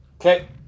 Okay